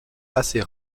assez